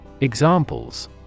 Examples